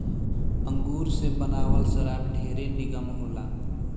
अंगूर से बनावल शराब ढेरे निमन होला